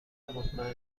مطمئن